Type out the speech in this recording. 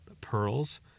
pearls